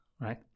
right